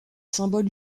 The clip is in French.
symboles